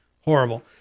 horrible